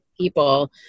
people